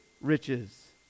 Riches